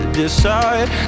decide